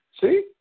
See